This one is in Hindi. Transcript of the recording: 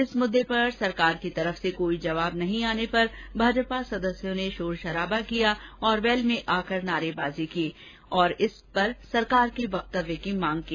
इस मुददे पर सरकार की तरफ से कोई जवाब नहीं आने पर भाजपा सदस्यों ने शोर शराबा किया तथा वेल में आकर नारेबाजी करने लगे और इस पर सरकार के वक्तव्य की मांग की